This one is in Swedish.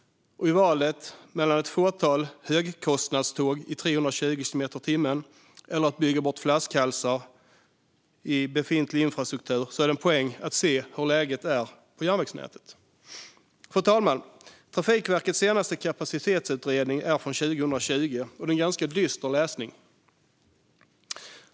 I valet mellan ett fåtal högkostnadståg som går i 320 kilometer i timmen eller att bygga bort flaskhalsar i befintlig infrastruktur är det en poäng att se hur läget är på järnvägsnätet. Fru talman! Trafikverkets senaste kapacitetsutredning är från 2020 och är en ganska dyster läsning.